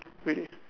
really